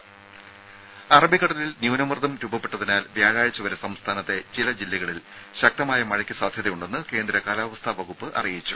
രുമ അറബിക്കടലിൽ ന്യൂനമർദ്ദം രൂപപ്പെട്ടതിനാൽ വ്യാഴാഴ്ച വരെ സംസ്ഥാനത്തെ ചില ജില്ലകളിൽ ശക്തമായ മഴയ്ക്ക് സാധ്യതയുണ്ടെന്ന് കേന്ദ്ര കാലാവസ്ഥാ വകുപ്പ് അറിയിച്ചു